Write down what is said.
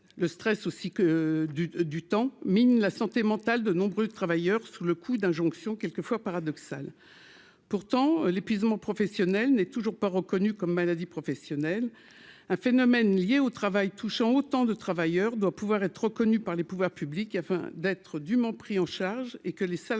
le stress aussi que du du temps mine la santé mentale de nombreux travailleurs sous le coup d'injonctions quelquefois paradoxal pourtant l'épuisement professionnel n'est toujours pas reconnu comme maladie professionnelle, un phénomène lié au travail touchant autant de travailleurs doit pouvoir être reconnu par les pouvoirs publics afin d'être dûment pris en charge et que les salariés